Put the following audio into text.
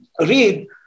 read